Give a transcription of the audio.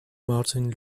martin